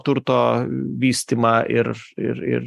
turto vystymą ir ir ir